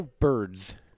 Birds